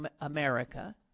America